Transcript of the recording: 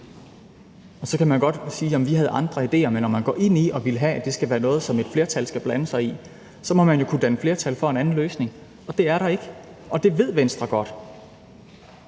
Så kan man godt sige, at man havde andre idéer, men når man går ind i at ville have, at det skal være noget, som et flertal skal blande sig i, må man jo kunne danne et flertal for en anden løsning. Det er der ikke, og det ved Venstre godt.